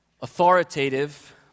authoritative